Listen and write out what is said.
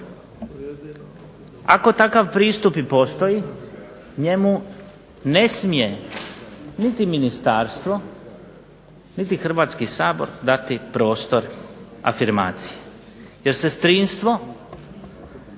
Ako takav pristup i postoji, njemu ne smije niti ministarstvo niti Hrvatski sabor dati prostor afirmacije jer sestrinstvo